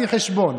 לכם,